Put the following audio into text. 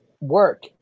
work